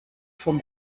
vom